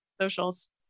socials